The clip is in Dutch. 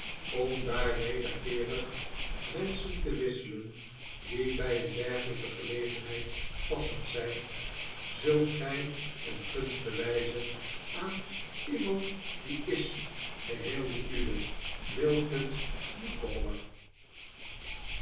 om daar wederkeerig wenschen te wisselen die bij een dergelijke gelegenheid passend zijn zult gij een gunst bewijzen aan iemand die is geheel de uwe wilkins micawber